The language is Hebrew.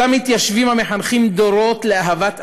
אותם מתיישבים המחנכים דורות לאהבת האדם,